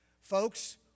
Folks